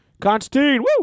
Constantine